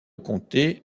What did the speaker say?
comté